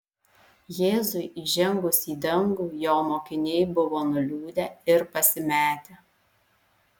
jėzui įžengus į dangų jo mokiniai buvo nuliūdę ir pasimetę